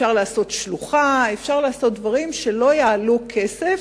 אפשר לעשות שלוחה, אפשר לעשות דברים שלא יעלו כסף,